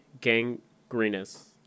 gangrenous